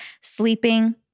sleeping